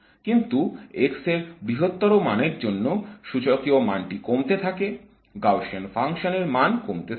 কিন্তু x এর বৃহত্তর মানের জন্য সূচকীয় মানটি কমতে থাকে - গাউসীয়ান ফাংশন এর মান কমতে থাকে